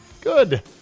Good